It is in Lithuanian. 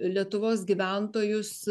lietuvos gyventojus